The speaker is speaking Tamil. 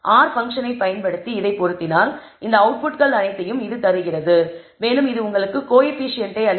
R பங்க்ஷன் ஐ பயன்படுத்தி இதை பொருத்தினால் இந்த அவுட்புட்கள் அனைத்தையும் இது தருகிறது மேலும் இது உங்களுக்கு கோயபிசியன்ட்டை அளிக்கிறது